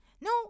No